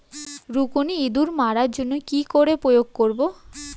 রুকুনি ইঁদুর মারার জন্য কি করে প্রয়োগ করব?